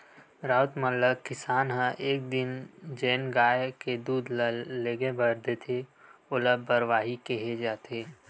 राउत मन ल किसान ह एक दिन जेन गाय के दूद ल लेगे बर देथे ओला बरवाही केहे जाथे